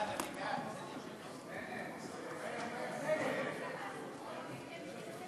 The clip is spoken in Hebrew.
ההצעה להסיר מסדר-היום את הצעת חוק-יסוד: הכנסת (תיקון,